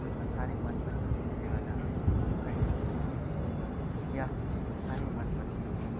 बुझ्न साह्रै मनपर्थ्यो त्यसैले गर्दा मलाई स्कुलमा इतिहास विषय साह्रै म पर्थ्यो